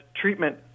treatment